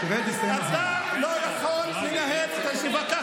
אתה לא יכול לנהל את הישיבה בצורה הזאת.